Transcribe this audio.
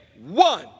One